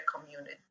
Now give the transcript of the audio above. community